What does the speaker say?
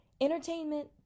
entertainment